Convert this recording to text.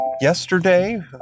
yesterday